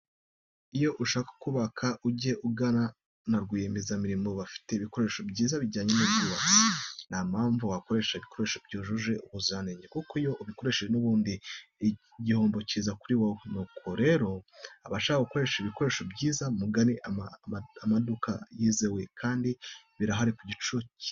Iyo ushaka kubaka ujye ugana ba rwiyemezamirimo bafite ibikoresho byiza bijyanye n'ubwubatsi, ntampamvu wakoresha ibikoresho bitujuje ubuziranange kuko iyo ubikoresheje n'ubundi igihombo kiza kuri wowe. Nuko rero abashaka gukoresha ibikoresho byiza mugane amaduka yizewe kandi birahari ku giciro cyiza.